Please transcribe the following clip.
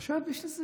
עכשיו, יש לזה